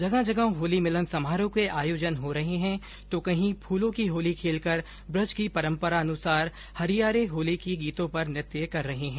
जगह जगह होली मिलन समारोह के आयोजन हो रहे हैं तो ंकहीं फूलों की होली खेलकर ब्रज की परंपरा अनुसार हुरियारे होली के गीतों पर नृत्य कर रहे हैं